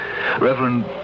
Reverend